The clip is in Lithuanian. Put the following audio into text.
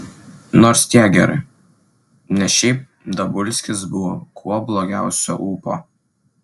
nors tiek gerai nes šiaip dabulskis buvo kuo blogiausio ūpo